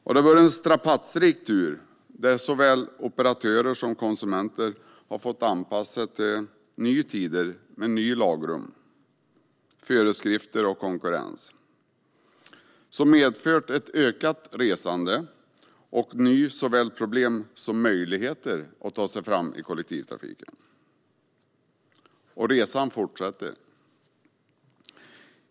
Det har varit en strapatsrik tur, där såväl operatörer som konsumenter har fått anpassa sig till nya tider med nya lagrum, föreskrifter och konkurrens, som medfört ett ökat resande och såväl nya problem som nya möjligheter att ta sig fram i kollektivtrafiken. Och resan fortsätter.